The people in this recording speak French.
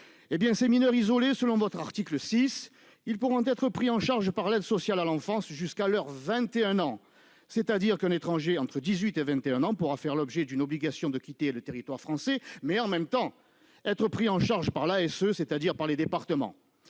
hé bien ces mineurs isolés, selon votre article 6, ils pourront être pris en charge par l'Aide sociale à l'enfance jusqu'à leurs 21 ans, c'est-à-dire que l'étranger entre 18 et 21 ans pourra faire l'objet d'une obligation de quitter le territoire français, mais en même temps être pris en charge par l'ASE, c'est-à-dire par les départements